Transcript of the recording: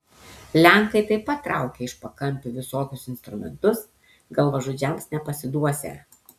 lenkai taip pat traukia iš pakampių visokius instrumentus galvažudžiams nepasiduosią